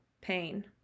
pain